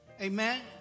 Amen